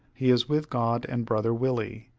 he is with god and brother willie.